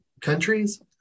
countries